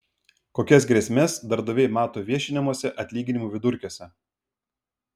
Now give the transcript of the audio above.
kokias grėsmes darbdaviai mato viešinamuose atlyginimų vidurkiuose